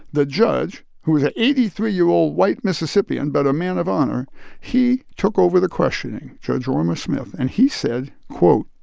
the judge, who was a eighty three year old white mississippian but a man of honor he took over the questioning, judge orma smith. and he said, quote,